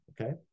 Okay